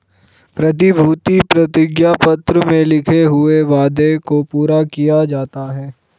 प्रतिभूति प्रतिज्ञा पत्र में लिखे हुए वादे को पूरा किया जाता है